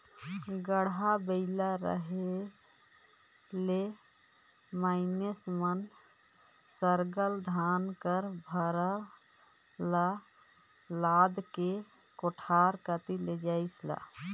गाड़ा बइला रहें ले मइनसे मन सरलग धान कर भार ल लाएद के कोठार कती लेइजें